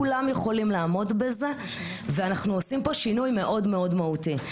כולם יכולים לעמוד בזה ואנחנו עושים פה שינוי מאוד מהותי.